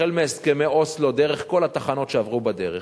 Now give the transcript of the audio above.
החל בהסכמי אוסלו דרך כל התחנות שעברו בדרך,